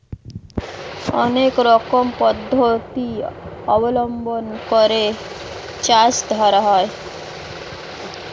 অনেক রকম পদ্ধতি অবলম্বন করে মাছ ধরা হয়